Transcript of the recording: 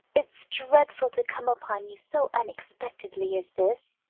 it's dreadful to come upon you so unexpectedly as this,